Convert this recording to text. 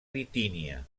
bitínia